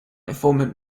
informant